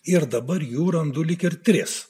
ir dabar jų randu lyg ir tris